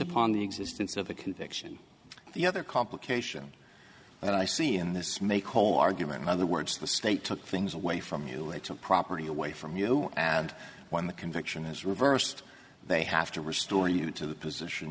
upon the existence of a conviction the other complication that i see in this make whole argument in other words the state took things away from you it's a property away from you and when the conviction is reversed they have to restore you to the position